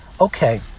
okay